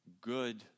good